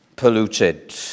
polluted